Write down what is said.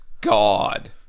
God